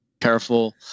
careful